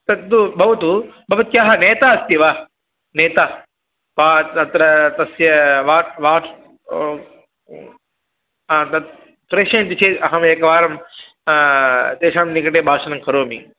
तत्तु भवतु भवत्याः नेता अस्ति वा नेता वा तत्र तस्य वाक् वाक् तत् प्रेशयन्ति चेत् अहम् एकवारं तेषां निकटे भाषणङ्करोमि